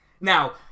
Now